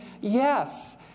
yes